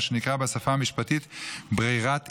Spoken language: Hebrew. מה שנקרא בשפה המשפטית "ברירת עילה".